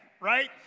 right